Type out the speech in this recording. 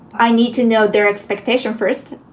i need to know their expectations first.